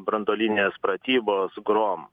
branduolinės pratybos grom